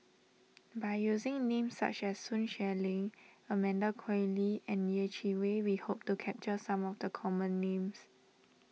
by using names such as Sun Xueling Amanda Koe Lee and Yeh Chi Wei we hope to capture some of the common names